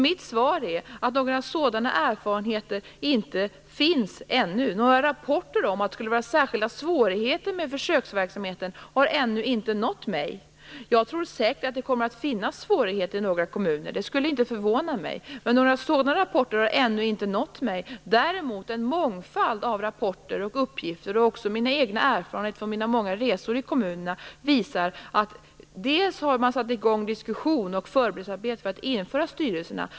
Mitt svar är att några sådana erfarenheter ännu inte finns, några rapporter om att det skulle vara särskilda svårigheter med försöksverksamheten har ännu inte nått mig. Jag tror säkert att det kommer att finnas svårigheter i några kommuner. Det skulle inte förvåna mig. Men några sådana rapporter har ännu inte nått mig. Däremot visar en mångfald av rapporter och uppgifter och också mina egna erfarenheter från mina många resor i kommunerna att man satt i gång diskussion och förberedelsearbete för att införa styrelserna.